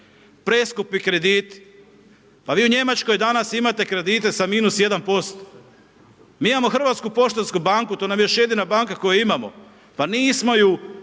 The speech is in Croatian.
Preskupi krediti pa vi u Njemačkoj danas imate kredite sa minus 1%. mi imamo HPB, to nam je još jedina banka koju imamo pa nismo ju